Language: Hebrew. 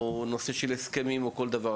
גם בעניין ההסכמים וכד'.